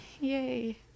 Yay